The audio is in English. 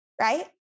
right